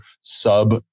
sub